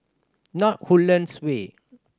North Woodlands Way